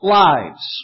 lives